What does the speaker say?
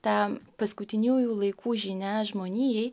ta paskutiniųjų laikų žinia žmonijai